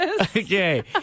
Okay